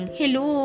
hello